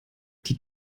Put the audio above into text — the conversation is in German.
die